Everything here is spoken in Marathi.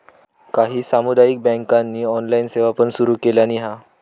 काही सामुदायिक बँकांनी ऑनलाइन सेवा पण सुरू केलानी हा